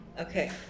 okay